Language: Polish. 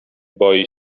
boi